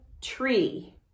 tree